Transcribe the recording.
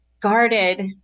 guarded